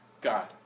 God